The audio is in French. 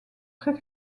très